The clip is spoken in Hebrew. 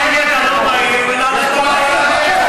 להם אתה לא מעיר ולנו אתה מעיר.